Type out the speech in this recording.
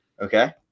Okay